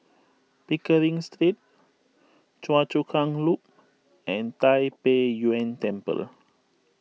Pickering Street Choa Chu Kang Loop and Tai Pei Yuen Temple